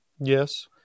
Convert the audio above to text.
Yes